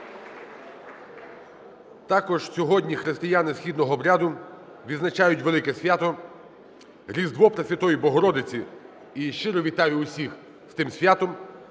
Також сьогодні християни східного обряду відзначають велике свято – Різдво Пресвятої Богородиці. І щиро вітаю всіх з цим святом.